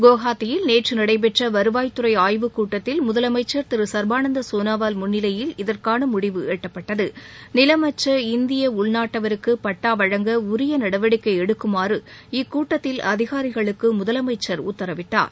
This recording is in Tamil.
குவஹாத்தியில் நேற்று நடைபெற்ற வருவாய்த்துறை ஆய்வுக் கூட்டத்தில் முதலமைச்சர் திரு சர்பானந்தா சோனாவால் முன்னிலையில் இதற்கான முடிவு எட்டப்பட்டது நிலமற்ற இந்திய உள்நாட்டவருக்கு பட்டா வழங்க உரிய நடவடிக்கை எடுக்குமாறு இக்கூட்டத்தில் அதிகாரிகளுக்கு முதலமைச்சர் உத்தரவிட்டார்